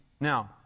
now